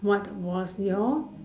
what was your